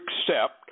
accept